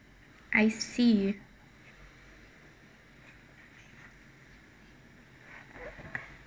I see